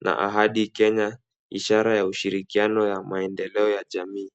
na Ahadi Kenya, ishara ya ushirikiano ya maendeleo ya jamii.